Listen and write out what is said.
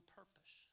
purpose